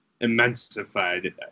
immensified